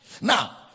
Now